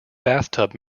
bathtub